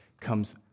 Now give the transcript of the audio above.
comes